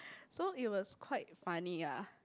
so it was quite funny ah